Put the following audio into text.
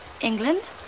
England